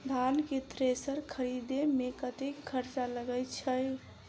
धान केँ थ्रेसर खरीदे मे कतेक खर्च लगय छैय?